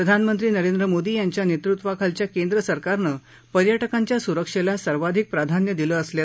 प्रधानमंत्री नरेंद्र मोदी यांच्या नेतृत्वाखालच्या केंद्र सरकारनं पर्य क्रिांच्या सुरक्षेला सर्वाधिक प्राधान्य दिलं असल्याचंही त्यांनी सांगितलं